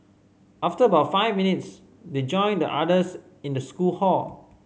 after about five minutes they joined the others in the school hall